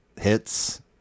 hits